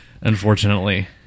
Unfortunately